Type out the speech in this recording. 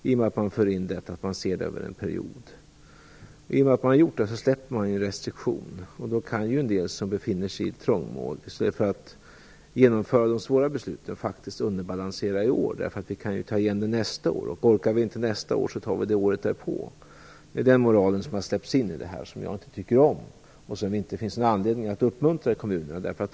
I och med att man för in detta med att se över en period, släpper man en restriktion. Då kan ju en del, som befinner sig i trångmål, i stället för att genomföra de svåra besluten, faktiskt underbalansera i år. Man kan ju ta igen det nästa, och orkar man inte det, så tar man det året därpå. Det är den moralen som har släppts in. Jag tycker inte om det, och jag tycker inte att det finns någon anledning att uppmuntra kommunerna till detta.